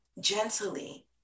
gently